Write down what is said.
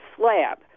slab